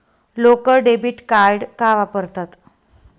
लोक debit card का वापरतात?